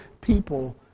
people